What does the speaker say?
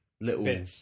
little